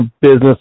business